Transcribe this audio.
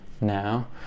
now